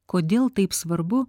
kodėl taip svarbu